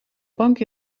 bank